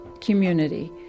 community